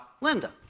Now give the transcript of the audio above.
Linda